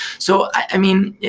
so i mean,